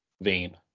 vein